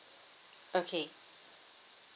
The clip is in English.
okay